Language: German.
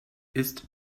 ist